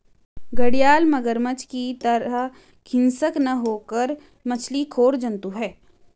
घड़ियाल मगरमच्छ की तरह हिंसक न होकर मछली खोर जंतु है